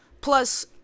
Plus